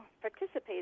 participate